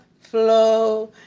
flow